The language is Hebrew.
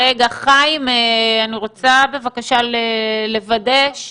זה 10.5,